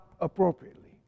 appropriately